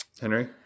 henry